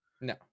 no